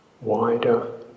wider